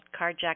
Carjacked